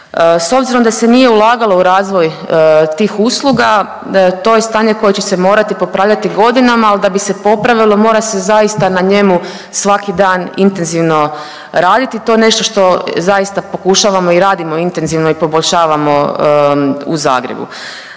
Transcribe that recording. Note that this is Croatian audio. S obzirom da se nije ulagalo u razvoj tih usluga to je stanje koje će se morati popravljati godinama, ali da bi se popravilo mora se zaista na njemu svaki dan intenzivno raditi. To je nešto što zaista pokušavamo i radimo intenzivno i poboljšavamo u Zagrebu.